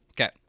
Okay